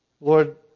Lord